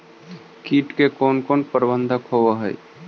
किट के कोन कोन प्रबंधक होब हइ?